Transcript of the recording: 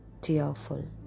tearful